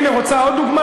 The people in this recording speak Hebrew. הנה, את רוצה עוד דוגמה?